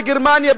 בגרמניה,